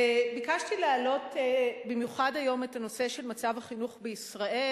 ביקשתי להעלות במיוחד היום את הנושא של מצב החינוך בישראל,